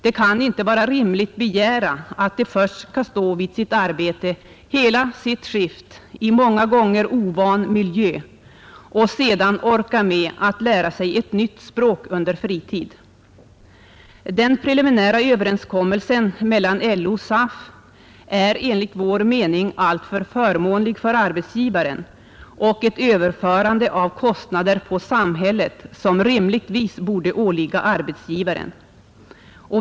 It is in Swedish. Det kan inte vara rimligt att begära att de först skall stå vid sitt arbete hela sitt skift i många gånger ovan miljö och sedan orka med att lära sig ett nytt språk under fritid. Den preliminära överenskommelsen mellan LO och SAF är enligt vår mening alltför förmånlig för arbetsgivaren och innebär ett överförande av kostnader på samhället som rimligtvis borde åligga arbetsgivaren.